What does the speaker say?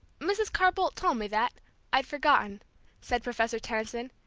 mrs. carr-bolt told me that i'd forgotten said professor tenison,